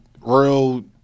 real